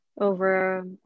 Over